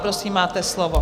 Prosím, máte slovo.